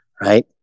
right